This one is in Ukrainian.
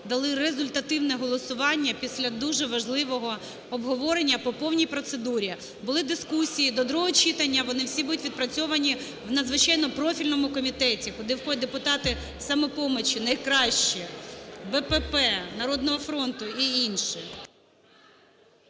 дали результативне голосування після дуже важливого обговорення по повній процедурі. Були дискусії до другого читання, вони всі будуть відпрацьовані у надзвичайно профільному комітеті, куди входять депутати "Самопомочі" найкращі, "БПП", "Народного фронту" і інші.